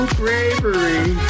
bravery